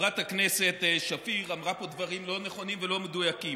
חברת הכנסת שפיר אמרה פה דברים לא נכונים ולא מדויקים.